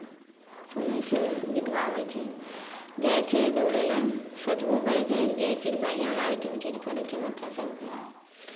सुनै छै गीत गाबै छै जाइ छै दौड़य लेल सोचबो करै छै जे चीज बढ़िआँ लागै छै ओ चीज करै छै बच्चा सभके